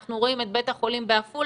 אנחנו רואים את בית החולים בעפולה,